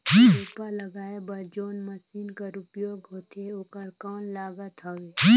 रोपा लगाय बर जोन मशीन कर उपयोग होथे ओकर कौन लागत हवय?